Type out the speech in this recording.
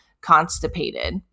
constipated